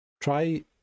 Try